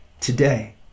Today